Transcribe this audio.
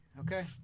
Okay